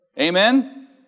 Amen